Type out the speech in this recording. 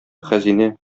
хәзинә